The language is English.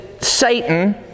Satan